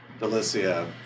Delicia